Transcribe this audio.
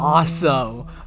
Awesome